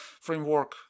framework